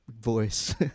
voice